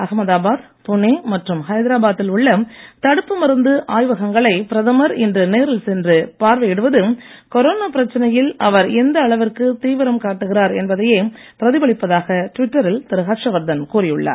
அகமதாபாத் புனே மற்றும் ஐதராபாத்தில் உள்ள தடுப்பு மருந்து ஆய்வகங்களை பிரதமர் இன்று நேரில் சென்று பார்வையிடுவது கொரோனா பிரச்சனையில் அவர் எந்த அளவிற்கு தீவிரம் காட்டுகிறார் என்பதையே பிரதிபலிப்பதாக டுவிட்டரில் திரு ஹர்ஷவர்தன் கூறி உள்ளார்